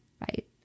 right